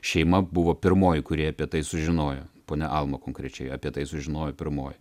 šeima buvo pirmoji kurie apie tai sužinojo ponia alma konkrečiai apie tai sužinojo pirmoji